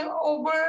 over